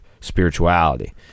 spirituality